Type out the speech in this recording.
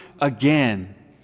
again